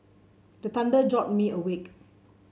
the thunder jolt me awake